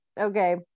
okay